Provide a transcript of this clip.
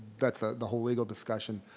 that's ah the whole legal discussion.